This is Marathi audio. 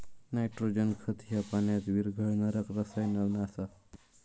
नायट्रोजन खत ह्या पाण्यात विरघळणारा रसायन आसा